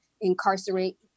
incarcerate